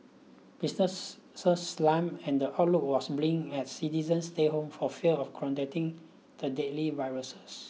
businesses slumped and the outlook was bleak as citizens stayed home for fear of contracting the deadly viruses